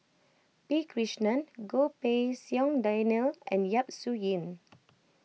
P Krishnan Goh Pei Siong Daniel and Yap Su Yin